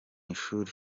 ishuri